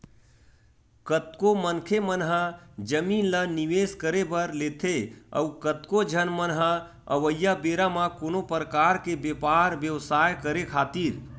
कतको मनखे मन ह जमीन ल निवेस करे बर लेथे अउ कतको झन मन ह अवइया बेरा म कोनो परकार के बेपार बेवसाय करे खातिर